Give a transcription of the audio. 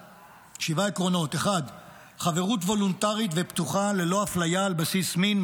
שבעה עקרונות: 1. חברות וולונטרית ופתוחה ללא אפליה על בסיס מין,